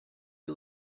you